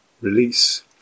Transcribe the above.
release